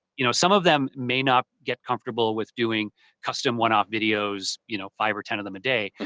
you know some of them may not get comfortable with doing custom, one-off videos, you know five or ten of them a day.